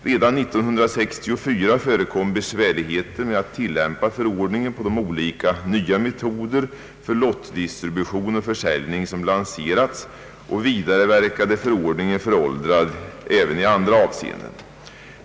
Redan 1964 förekom besvärligheter med att tillämpa förordningen på de olika nya metoder för lottdistribution och försäljning som lanserats, och vidare verkade förordningen föråldrad även i andra avseenden.